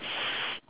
s~